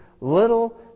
little